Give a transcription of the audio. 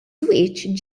żwieġ